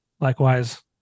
likewise